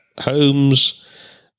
homes